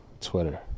Twitter